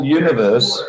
universe